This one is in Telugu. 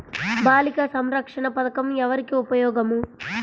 బాలిక సంరక్షణ పథకం ఎవరికి ఉపయోగము?